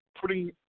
putting